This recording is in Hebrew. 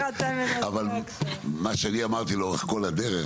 אבל מה שאני אמרתי לאורך כל הדרך,